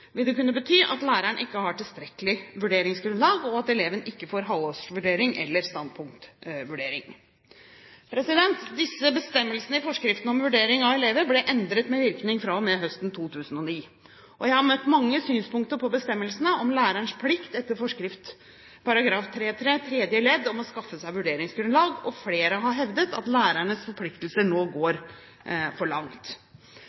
vil det kunne bety at læreren ikke har tilstrekkelig vurderingsgrunnlag, og at eleven ikke får halvårsvurdering eller standpunktvurdering. Disse bestemmelsene i forskriften om vurdering av elever ble endret med virkning fra og med høsten 2009. Jeg har møtt mange synspunkter på bestemmelsene om lærerens plikt etter forskriftens § 3-3 tredje ledd om å skaffe seg vurderingsgrunnlag, og flere har hevdet at lærernes forpliktelser nå